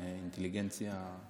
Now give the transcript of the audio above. הוא